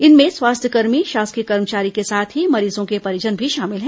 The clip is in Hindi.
इनमें स्वास्थ्य कर्मी शासकीय कर्मचारी के साथ ही मरीजों के परिजन भी शामिल हैं